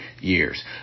years